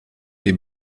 les